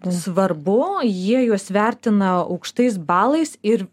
svarbu jie juos vertina aukštais balais ir